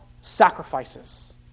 sacrifices